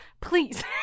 please